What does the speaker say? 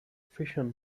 fission